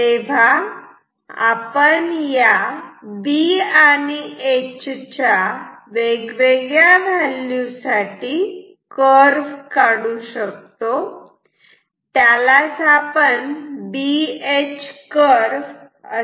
तेव्हा आपण या B आणि H च्या वेगवेगळ्या व्हॅल्यू साठी कर्व काढू शकतो त्यालाच BH कर्व असे म्हणतात